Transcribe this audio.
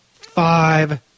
five